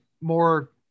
more